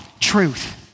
Truth